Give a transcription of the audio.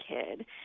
kid